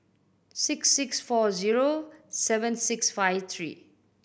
six six four zero seven six five three